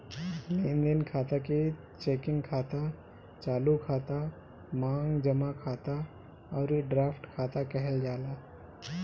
लेनदेन खाता के चेकिंग खाता, चालू खाता, मांग जमा खाता अउरी ड्राफ्ट खाता कहल जाला